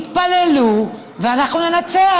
יתפללו ואנחנו ננצח?